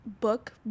book